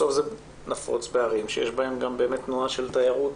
בסוף זה נפוץ בערים שיש בהם תנועה של תיירות,